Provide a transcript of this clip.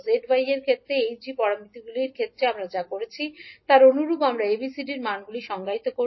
Z y এর ক্ষেত্রে বা h এবং g প্যারামিটারগুলির ক্ষেত্রে আমরা যা করেছি তার অনুরূপ আমরা ABCD এর মানগুলি সংজ্ঞায়িত করব